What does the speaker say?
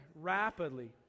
rapidly